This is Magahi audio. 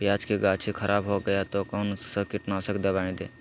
प्याज की गाछी खराब हो गया तो कौन सा कीटनाशक दवाएं दे?